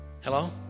Hello